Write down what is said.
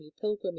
pilgrimage